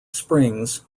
springs